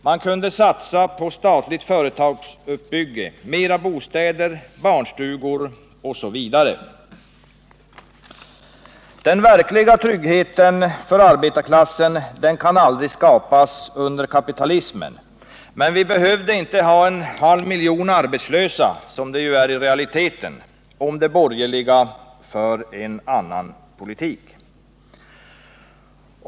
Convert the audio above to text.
Man kan satsa på statlig företagsuppbyggnad, mera bostäder, barnstugor osv. Den verkliga tryggheten för arbetarklassen kan aldrig skapas under kapitalismen. Men vi hade inte behövt ha en halv miljon arbetslösa, som det ju är i realiteten, om de borgerliga fört en annan politik.